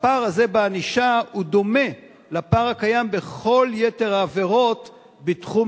והפער הזה בענישה הוא דומה לפער הקיים בכל יתר העבירות בתחום,